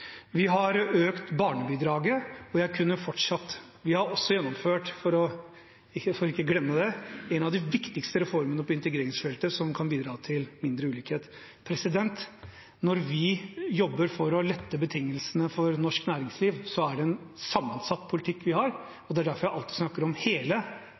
vi har økt barnebidraget – og jeg kunne ha fortsatt. Vi har også gjennomført – for ikke å glemme det – en av de viktigste reformene på integreringsfeltet, som kan bidra til mindre ulikhet. Når vi jobber for å lette betingelsene for norsk næringsliv, har vi en sammensatt politikk, og det er derfor vi alltid snakker om hele